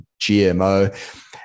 GMO